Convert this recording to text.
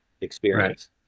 experience